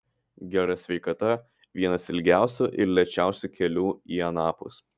gera sveikata vienas ilgiausių ir lėčiausių kelių į anapus